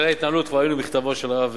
את עיקרי התנהלות כבר ראינו במכתבו של הרב,